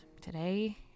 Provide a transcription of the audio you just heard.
today